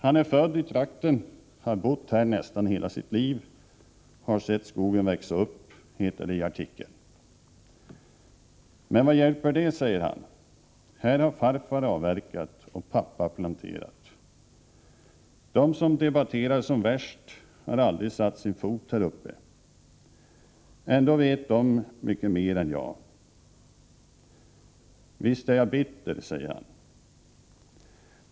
”Han är född i trakten, har bott här nästan hela sitt liv, har sett skogen växa upp. Men vad hjälper det, säger han. Här har farfar avverkat och pappa planterat. De som debatterar som värst har aldrig satt sin fot här uppe. Ändå vet de mycket mer än jag. Visst är jag bitter, säger han.